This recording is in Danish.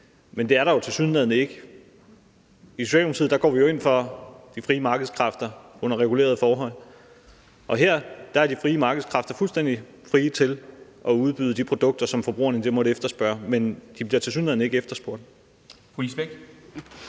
men det er der jo tilsyneladende ikke. I Socialdemokratiet går vi jo ind for de frie markedskræfter under regulerede forhold, og her er de frie markedskræfter fuldstændig frie til at udbyde de produkter, som forbrugerne måtte efterspørge, men de bliver tilsyneladende ikke efterspurgt.